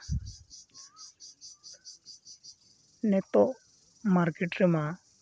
ᱱᱤᱛᱳᱜ ᱢᱟᱨᱠᱮᱹᱴ ᱨᱮᱢᱟ